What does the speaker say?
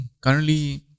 currently